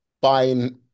buying